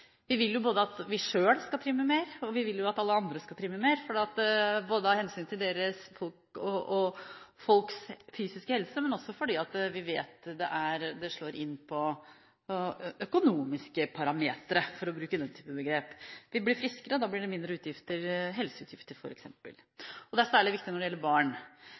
Vi vil jo både at vi selv skal trimme mer, og at alle andre skal trimme mer – både av hensyn til folks fysiske helse og fordi vi vet at det slår inn på økonomiske parametre, for å bruke den type begrep. Vi blir friskere, og da blir det f.eks. mindre helseutgifter – og det er særlig viktig når det gjelder barn.